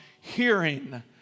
hearing